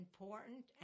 important